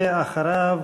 ואחריו,